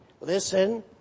listen